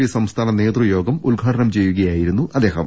P സംസ്ഥാന നേതൃത്വ യോഗം ഉദ്ഘാടനം ചെയ്യുകയായി രുന്നു അദ്ദേഹം